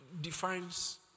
defines